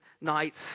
nights